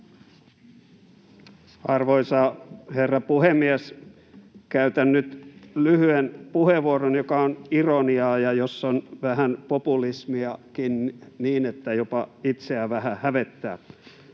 Arvoisa herra puhemies! Käytän nyt lyhyen puheenvuoron, joka on ironiaa ja jossa on vähän populismiakin, niin että jopa itseä vähän hävettää.